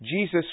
Jesus